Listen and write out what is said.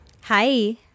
Hi